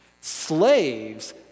Slaves